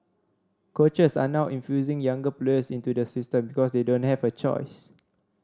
coaches are now infusing younger players into the system because they don't have a choice